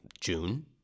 June